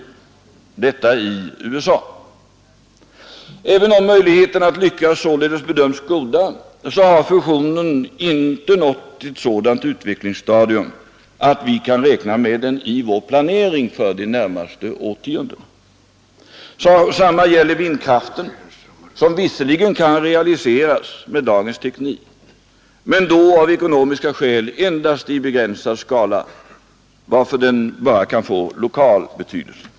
Detta i USA. Även om möjligheterna att lyckas således bedöms som goda har fusionen inte nått ett sådant utvecklingsstadium att vi kan räkna med den i vår planering för de närmaste årtiondena. Detsamma gäller vindkraften, som veterligen kan realiseras med dagens teknik men då av ekonomiska skäl endast i begränsad skala, varför den bara kan få lokal betydelse.